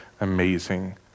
amazing